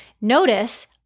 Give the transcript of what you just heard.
notice